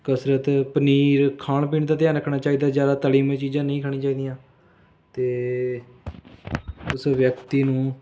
ਕਸਰਤ ਪਨੀਰ ਖਾਣ ਪੀਣ ਦਾ ਧਿਆਨ ਰੱਖਣਾ ਚਾਹੀਦਾ ਹੈ ਜ਼ਿਆਦਾ ਤਲੀ ਮੀ ਚੀਜ਼ਾਂ ਨਹੀਂ ਖਾਣੀਆਂ ਚਾਹੀਦੀਆਂ ਅਤੇ ਉਸ ਵਿਅਕਤੀ ਨੂੰ